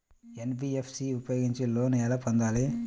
NBFC ఉపయోగించి loan ఎలా పొందాలి?